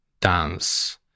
dance